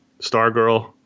Stargirl